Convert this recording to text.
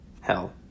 Hell